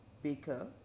baker